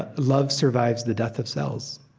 ah love survives the death of cells.